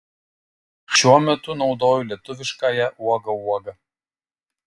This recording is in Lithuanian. šiuo metu naudoju lietuviškąją uoga uoga